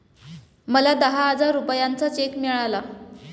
मला दहा हजार रुपयांचा चेक मिळाला